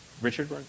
Richard